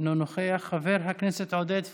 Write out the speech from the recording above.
אינו נוכח, חבר הכנסת עודד פורר,